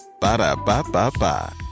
Ba-da-ba-ba-ba